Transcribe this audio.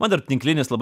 man dar tinklinis labai